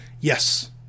Yes